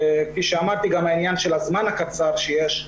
כפי שאמרתי גם העניין של הזמן הקצר שיש,